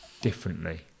differently